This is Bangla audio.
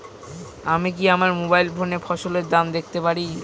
আমি কি আমার মোবাইল ফোনে ফসলের দাম দেখতে পারি?